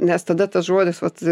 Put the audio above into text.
nes tada tas žodis vat